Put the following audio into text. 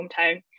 hometown